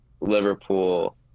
Liverpool